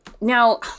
Now